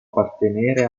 appartenere